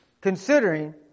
considering